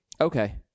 Okay